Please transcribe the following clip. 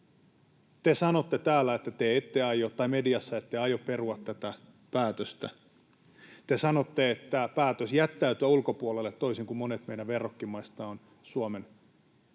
Te sanotte mediassa, että te ette aio perua tätä päätöstä. Te sanotte, että päätös jättäytyä ulkopuolelle, toisin kuin monet meidän verrokkimaista, on hallituksen